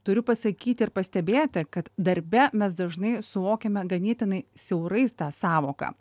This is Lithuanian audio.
turiu pasakyti ir pastebėti kad darbe mes dažnai suvokiame ganėtinai siaurai tą sąvoką